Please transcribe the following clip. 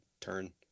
turn